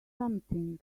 something